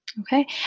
Okay